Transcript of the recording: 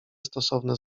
stosowne